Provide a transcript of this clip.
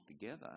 together